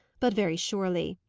but very surely.